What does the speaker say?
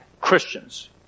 Christians